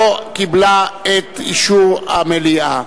לא קיבלה את אישור המליאה.